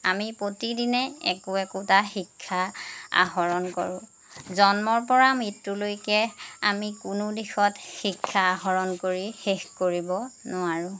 আমি প্ৰতিদিনে একো একোটা শিক্ষা আহৰণ কৰোঁ জন্মৰ পৰা মৃত্যুলৈকে আমি কোনো দিশত শিক্ষা আহৰণ কৰি শেষ কৰিব নোৱাৰোঁ